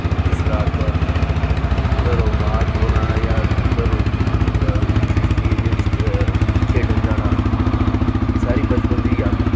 school दियां शरारता घरूं मार पौना जां घरूं खिसकी ऐ कुतै खेढन जाना एह् सारियां बचपन दियां यादां